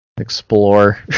explore